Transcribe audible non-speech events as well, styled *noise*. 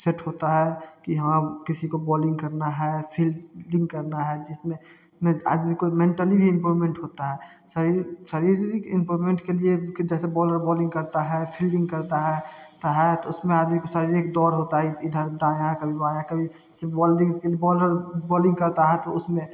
set होता है कि हाँ किसी को बॉलिंग करना है फ़ील्डिंग करना है जिसमें मिन्ज़ आदमी को मेंटली भी इम्प्रूवमेंट होता है शारीरिक इम्प्रूवमेंट के लिए कि जैसे बॉलर बॉलिंग करता है फ़ील्डिंग करता है तो उसमें आदमी को शारीरिक दौड़ होता है इधर दायाँ कभी बायाँ कभी *unintelligible* बॉलिंग बॉलर बॉलिंग करता है तो उसमें